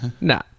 No